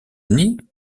unis